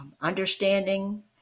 understanding